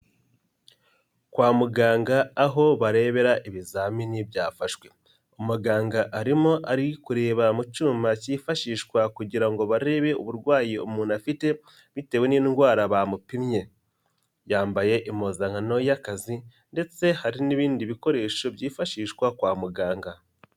Kwa muganga aho barebera ibizamini byafashwe, muganga arimo ari kureba mu cyuma cyifashishwa kugira ngo barebe uburwayi umuntu afite, bitewe n'indwara bamupimye, yambaye impuzankano y'akazi ndetse hari n'ibindi bikoresho byifashishwa kwa muganga.